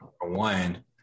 one